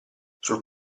sul